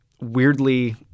weirdly